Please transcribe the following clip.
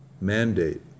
mandate